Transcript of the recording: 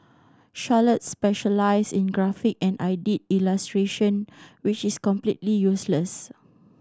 Charlotte specialised in graphic and I did illustration which is completely useless